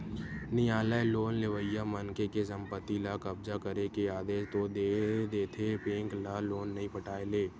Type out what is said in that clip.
नियालय लोन लेवइया मनखे के संपत्ति ल कब्जा करे के आदेस तो दे देथे बेंक ल लोन नइ पटाय ले